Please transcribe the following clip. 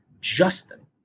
Justin